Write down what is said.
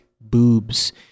boobs